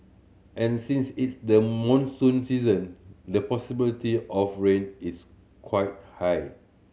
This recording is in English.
and since it's the monsoon season the possibility of rain is quite high